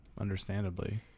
understandably